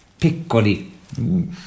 Piccoli